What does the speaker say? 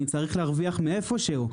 אני צריך להרוויח איפשהו,